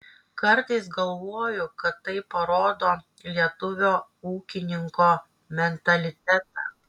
kartais galvoju kad tai parodo lietuvio ūkininko mentalitetą